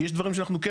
יש דברים שאנחנו כן